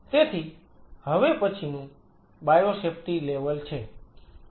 તેથી હવે પછીનું બાયોસેફ્ટી લેવલ છે